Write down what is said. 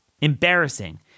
Embarrassing